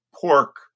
pork